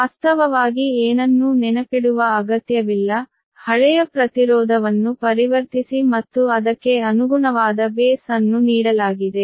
ವಾಸ್ತವವಾಗಿ ಏನನ್ನೂ ನೆನಪಿಡುವ ಅಗತ್ಯವಿಲ್ಲ ಹಳೆಯ ಪ್ರತಿರೋಧವನ್ನು ಪರಿವರ್ತಿಸಿ ಮತ್ತು ಅದಕ್ಕೆ ಅನುಗುಣವಾದ ಬೇಸ್ ಅನ್ನು ನೀಡಲಾಗಿದೆ